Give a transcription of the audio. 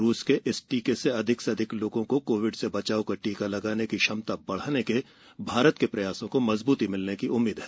रूस के इस टीके से अधिक से अधिक लोगों को कोविड से बचाव का टीका लगाने की क्षमता बढ़ाने के भारत के प्रयासों को मजबूती मिलने की उम्मीद है